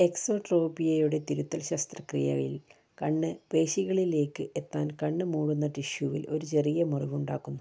എക്സോട്രോപിയയുടെ തിരുത്തൽ ശസ്ത്രക്രിയയിൽ കണ്ണ് പേശികളിലേക്ക് എത്താൻ കണ്ണ് മൂടുന്ന ടിഷ്യൂവിൽ ഒരു ചെറിയ മുറിവുണ്ടാക്കുന്നു